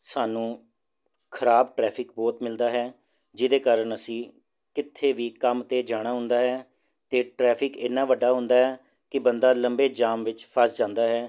ਸਾਨੂੰ ਖ਼ਰਾਬ ਟਰੈਫਿਕ ਬਹੁਤ ਮਿਲਦਾ ਹੈ ਜਿਹਦੇ ਕਾਰਨ ਅਸੀਂ ਕਿੱਥੇ ਵੀ ਕੰਮ 'ਤੇ ਜਾਣਾ ਹੁੰਦਾ ਹੈ ਅਤੇ ਟਰੈਫਿਕ ਇੰਨਾ ਵੱਡਾ ਹੁੰਦਾ ਕਿ ਬੰਦਾ ਲੰਬੇ ਜਾਮ ਵਿੱਚ ਫਸ ਜਾਂਦਾ ਹੈ